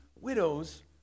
Widows